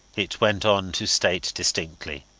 it went on to state distinctly.